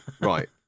Right